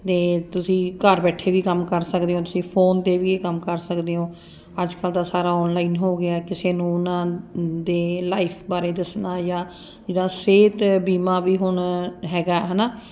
ਅਤੇ ਤੁਸੀਂ ਘਰ ਬੈਠੇ ਵੀ ਕੰਮ ਕਰ ਸਕਦੇ ਹੋ ਤੁਸੀਂ ਫੋਨ 'ਤੇ ਵੀ ਇਹ ਕੰਮ ਕਰ ਸਕਦੇ ਹੋ ਅੱਜ ਕੱਲ੍ਹ ਤਾਂ ਸਾਰਾ ਆਨਲਾਈਨ ਹੋ ਗਿਆ ਕਿਸੇ ਨੂੰ ਉਹਨਾਂ ਦੇ ਲਾਈਫ ਬਾਰੇ ਦੱਸਣਾ ਜਾਂ ਜਿੱਦਾਂ ਸਿਹਤ ਬੀਮਾ ਵੀ ਹੁਣ ਹੈਗਾ ਹੈ ਨਾ